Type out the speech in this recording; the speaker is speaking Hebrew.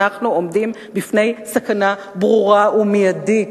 אנחנו עומדים בפני סכנה ברורה ומיידית,